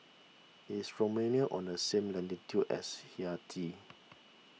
is Romania on the same latitude as Haiti